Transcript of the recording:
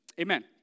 Amen